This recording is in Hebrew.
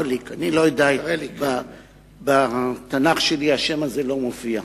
אני לא יודע, בתנ"ך שלי השם הזה לא מופיע,